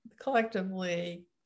collectively